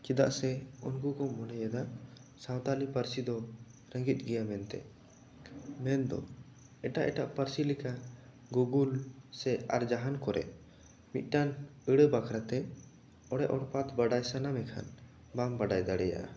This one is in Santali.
ᱪᱮᱫᱟᱜ ᱥᱮ ᱩᱱᱠᱩ ᱠᱚ ᱢᱚᱱᱮᱭᱮᱫᱟ ᱥᱟᱱᱛᱟᱲᱤ ᱯᱟᱹᱨᱥᱤ ᱫᱚ ᱨᱮᱸᱜᱮᱡ ᱜᱮᱭᱟ ᱢᱮᱱᱛᱮ ᱢᱮᱱ ᱫᱚ ᱮᱴᱟᱜ ᱮᱴᱟᱜ ᱯᱟᱹᱨᱥᱤ ᱞᱮᱠᱟ ᱜᱩᱜᱩᱞ ᱥᱮ ᱟᱨ ᱡᱟᱦᱟᱱ ᱠᱚᱨᱮ ᱢᱤᱫᱴᱟᱱ ᱟᱹᱲᱟᱹ ᱵᱟᱠᱷᱨᱟ ᱛᱮ ᱚᱲᱮ ᱚᱲᱯᱟᱫᱽ ᱵᱟᱲᱟᱭ ᱥᱟᱱᱟᱢᱮᱠᱷᱟᱱ ᱵᱟᱢ ᱵᱟᱲᱟᱭ ᱫᱟᱲᱮᱭᱟᱜᱼᱟ